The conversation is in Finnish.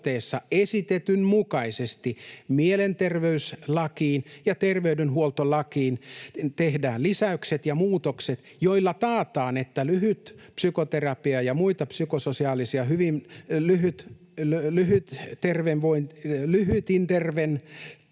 esitetyn mukaisesti mielenterveyslakiin ja terveydenhuoltolakiin tehdään lisäykset ja muutokset, joilla taataan, että lyhytpsykoterapiaa ja muita psykososiaalisia lyhytinterventioita